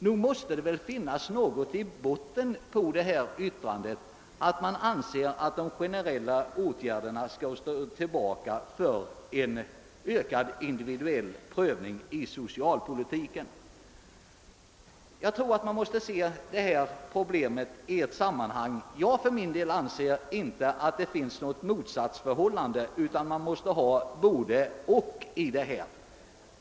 Nog måste väl till grund för ett sådant uttalande ligga, att man anser att de generella åtgärderna bör få stå tillbaka för en ökning av den individuella prövningen i socialpolitiken. Jag tror att man måste se dessa problem i ett sammanhang. Jag anser inte att det föreligger något motsatsförhållande, utan det krävs ett både-och.